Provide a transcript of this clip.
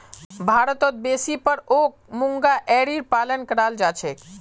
भारतत बेसी पर ओक मूंगा एरीर पालन कराल जा छेक